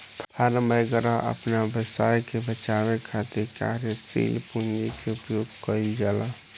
form वैगरह अपना व्यवसाय के चलावे खातिर कार्यशील पूंजी के उपयोग कईल जाला